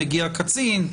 מגיע קצין,